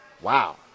Wow